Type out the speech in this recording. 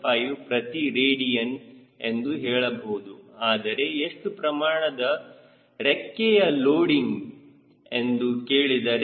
5 ಪ್ರತಿ ರೇಡಿಯನ್ ಎಂದು ಹೇಳಬಹುದು ಆದರೆ ಎಷ್ಟು ಪ್ರಮಾಣದ ರೆಕ್ಕೆಯ ಲೋಡಿಂಗ್ ಎಂದು ಕೇಳಿದರೆ